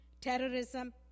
terrorism